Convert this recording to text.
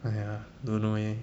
!aiya! don't know eh